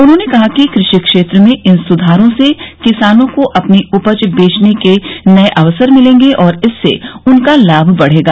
उन्होंने कहा कि कृषि क्षेत्र में इन सुधारों से किसानों को अपनी उपज बेचने के नए अवसर मिलेंगे और इससे उनका लाभ बढ़ेगा